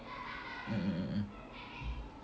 mm mm mm mm